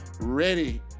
ready